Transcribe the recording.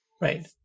right